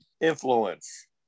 influence